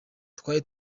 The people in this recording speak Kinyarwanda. twari